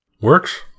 Works